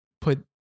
put